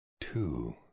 Two